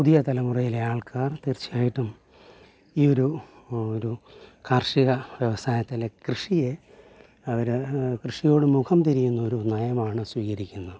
പുതിയ തലമുറയിലെ ആൾക്കാർ തീർച്ചയായിട്ടും ഈ ഒരു ഒരു കാർഷിക വ്യവസായത്തിലെ കൃഷിയെ അവര് കൃഷിയോട് മുഖം തിരിയുന്ന ഒരു നയമാണ് സ്വീകരിക്കുന്നത്